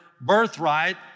birthright